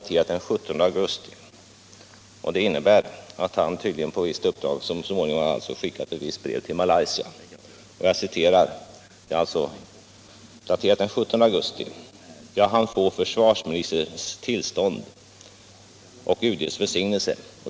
Tydligen har han så småningom på ett visst uppdrag skickat ett brev till Malaysia. Jag citerar ur brevet: ”Jag hann få försvarsministerns tillstånd -—-- och UD:s välsignelse.